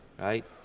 right